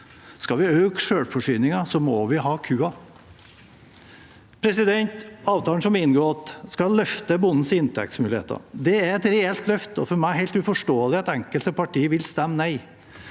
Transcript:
Skal vi øke selvforsyningen, må vi ha kua. Avtalen som er inngått, skal løfte bondens inntektsmuligheter. Det er et reelt løft, og det er for meg helt uforståelig at enkelte partier vil stemme nei.